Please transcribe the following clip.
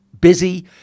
busy